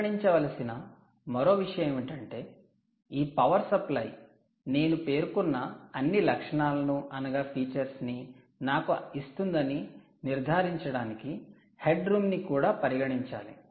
పరిగణించవలసిన మరో విషయం ఏమిటంటే ఈ పవర్ సప్లై నేను పేర్కొన్న అన్ని లక్షణాలను నాకు ఇస్తుందని నిర్ధారించడానికి 'హెడ్ రూమ్' ని కూడా పరిగణించాలి